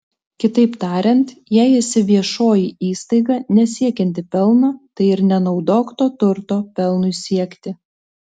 kitaip tariant jei esi viešoji įstaiga nesiekianti pelno tai ir nenaudok to turto pelnui siekti